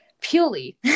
purely